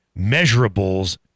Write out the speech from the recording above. measurables